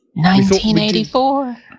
1984